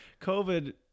covid